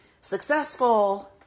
successful